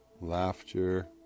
laughter